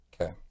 Okay